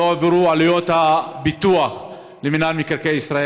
לא הועברו עלויות הפיתוח למינהל מקרקעי ישראל.